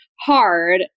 hard